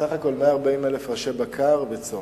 ובסך הכול 140,000 ראשי בקר וצאן.